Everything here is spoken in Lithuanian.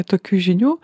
tokių žinių